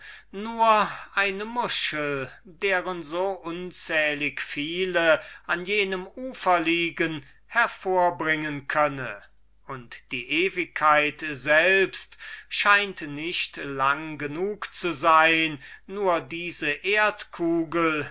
nur eine muschel deren so unzählich viele an jenem ufer liegen hervorbringen und die ewigkeit selbst scheint nicht lange genug zu sein nur diese